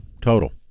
total